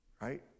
right